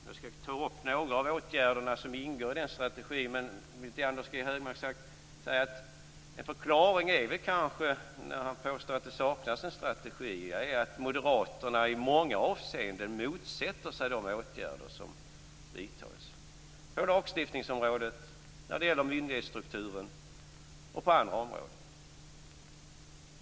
Jag skall ta upp några av åtgärderna som ingår i den strategin, men jag vill till Anders G Högmark säga att när han påstår att det saknas en strategi är kanske en förklaring att moderaterna i många avseenden motsätter sig de åtgärder som vidtas på lagstiftningsområdet, när det gäller myndighetsstruktur och på andra områden.